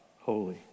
holy